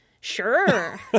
Sure